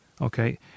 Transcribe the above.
Okay